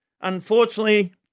Unfortunately